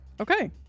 Okay